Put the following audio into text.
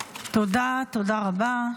תודה, תודה רבה.